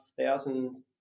thousand